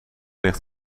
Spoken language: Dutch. ligt